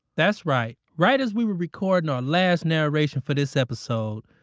that's right. right. as we were recording our last narration for this episode,